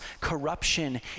corruption